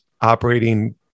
operating